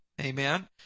amen